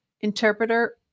interpreter